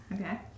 okay